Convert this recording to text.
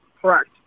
Correct